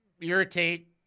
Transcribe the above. irritate